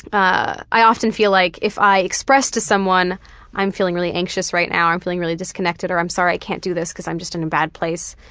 but i often feel like if i express to someone i'm feeling really anxious right now, or i'm feeling really disconnected, or i'm sorry i can't do this cause i'm just in a bad place,